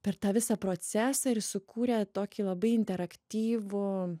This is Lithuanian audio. per tą visą procesą ir sukūrė tokį labai interaktyvų